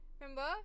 Remember